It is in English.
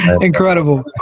Incredible